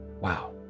Wow